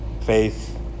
faith